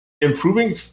improving